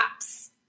apps